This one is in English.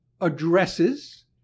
addresses